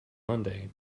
monday